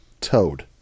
Toad